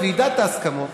ועדת ההסכמות,